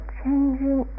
changing